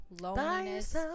loneliness